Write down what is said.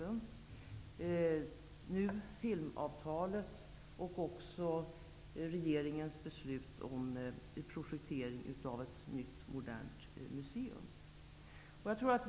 Det här gäller också filmavtalet och regeringens beslut om projektering av ett nytt modernt museum.